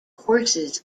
courses